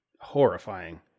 horrifying